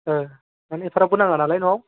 ओ माने एफाग्राबबो नाङानालाय न'आव